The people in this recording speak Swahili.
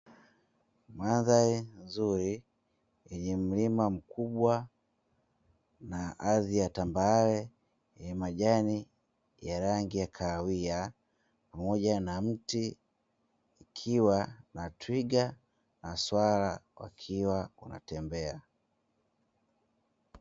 Mandhari nzuri yenye milima mkubwa na ardhi ya tambarare, yenye majani ya rangi ya kahawia pamoja na mti, ikiwa na twiga na swala wakiwa wanatembea.